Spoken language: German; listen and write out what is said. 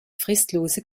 fristlose